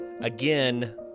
again